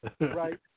Right